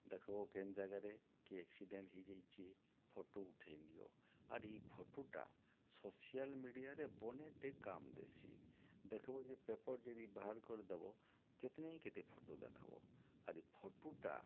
ଦେଖ୍ବେ କେନ୍ ଜାଗାରେ କି ଏକ୍ସିଡ଼େଣ୍ଟ୍ ହେଇଯାଇଛେ ଫଟୋ ଉଠେଇନିଅ ଆର୍ ଇ ଫଟୋଟା ସୋସିଆଲ୍ ମିଡ଼ିଆରେ ବନେଟେ କାମ୍ ଦେସି ଦେଖ୍ବ ଯେ ପେପର୍ ଯଦି ବାହାର୍ କରିଦବ କେତେ ନି କେତେ ଫଟୋ ଦେଖ୍ବ ଆର୍ ଇ ଫଟୋଟା